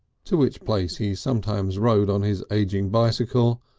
to which place he sometimes rode on his ageing bicycle,